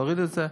להוריד את זה,